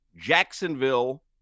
Jacksonville